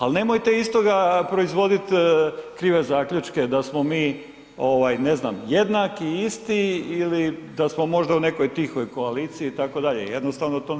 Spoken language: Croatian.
Ali nemojte iz toga proizvoditi krive zaključke da smo mi ne znam jednaki, isti ili da smo možda u nekoj tihoj koaliciji itd., jednostavno to ne stoji.